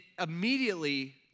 immediately